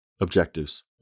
Objectives